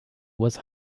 was